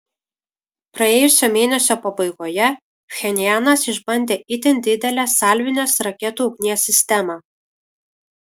praėjusio mėnesio pabaigoje pchenjanas išbandė itin didelę salvinės raketų ugnies sistemą